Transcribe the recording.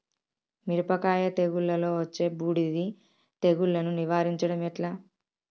మిరపకాయ తెగుళ్లలో వచ్చే బూడిది తెగుళ్లను నివారించడం ఎట్లా?